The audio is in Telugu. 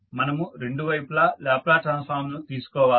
మనము రెండు వైపులా లాప్లేస్ ట్రాన్స్ఫార్మ్ ను తీసుకోవాలి